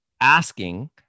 asking